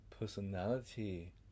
personality